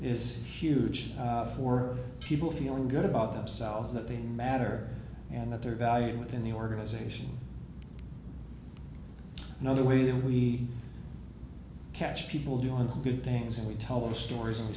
is huge for people feeling good about themselves that they matter and that they're valued within the organization another way that we catch people doing the good things and we tell the stories